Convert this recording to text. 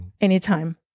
anytime